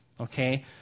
Okay